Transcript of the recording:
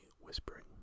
whispering